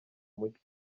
mushya